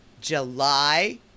July